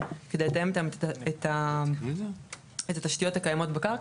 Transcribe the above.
כדי לתאם איתם את התשתיות הקיימות בקרקע